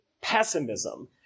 pessimism